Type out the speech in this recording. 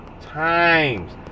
times